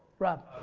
rob.